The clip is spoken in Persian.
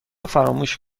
فراموش